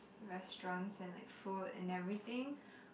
restaurants and like food and everything